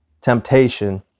temptation